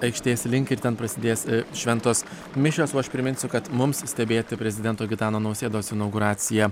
aikštės link ir ten prasidės šventos mišios o aš priminsiu kad mums stebėti prezidento gitano nausėdos inauguraciją